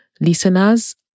Listeners